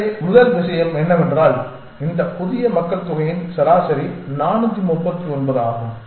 எனவே முதல் விஷயம் என்னவென்றால் இந்த புதிய மக்கள்தொகையின் சராசரி 439 ஆகும்